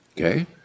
Okay